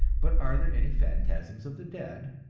but are there any phantasms of the dead?